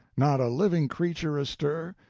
not a living creature astir.